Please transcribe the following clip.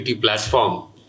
platform